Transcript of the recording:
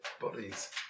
bodies